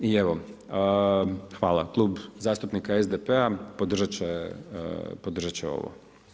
I evo, hvala, Klub zastupnika SDP-a podržati će ovo.